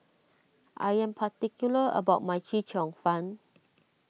I am particular about my Chee Cheong Fun